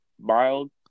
mild